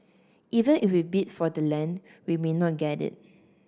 even if we bid for the land we may not get it